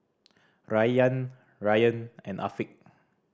Rayyan Ryan and Afiq